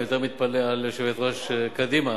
אני יותר מתפלא על יושבת-ראש קדימה